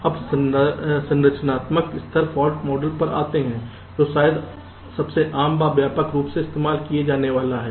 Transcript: अब संरचनात्मक स्तर फाल्ट मॉडल पर आते है जो शायद सबसे आम व व्यापक रूप से इस्तेमाल किया जाने वाला है